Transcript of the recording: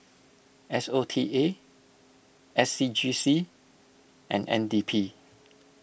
S O T A S C G C and N D P